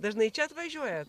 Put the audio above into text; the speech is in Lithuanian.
dažnai čia atvažiuojat